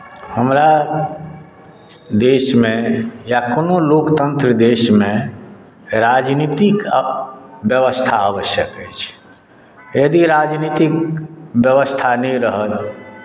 हमरा देशमे या कोनो लोकतन्त्र देशमे राजनीतिक व्यवस्था आवश्यक अछि यदि राजनीतिक व्यवस्था नहि रहत